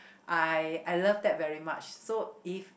I I love that very much so if